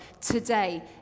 today